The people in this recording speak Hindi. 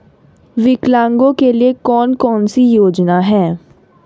विकलांगों के लिए कौन कौनसी योजना है?